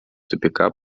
тупика